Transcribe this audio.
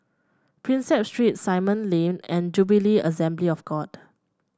Prinsep Street Simon Lane and Jubilee Assembly of God